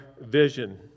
vision